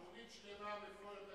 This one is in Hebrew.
תוכנית שלמה, מפוארת.